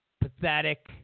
pathetic